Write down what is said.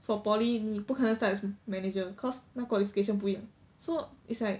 for poly 你不可能 start as manager cause 那 qualification 不一样 so it's like